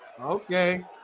Okay